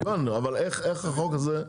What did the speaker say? את זה הבנו, אבל איך החוק הזה?